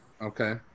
Okay